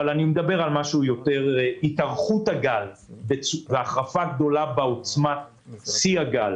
אבל אני מדבר על התארכות הגל והחרפה גדולה בעוצמת שיא הגל